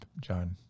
John